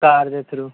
ਕਾਰ ਦੇ ਥਰੂ